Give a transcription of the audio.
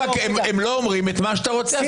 הם לא אומרים את מה שאתה רוצה.